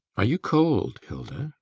are you cold, hilda?